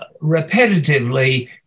repetitively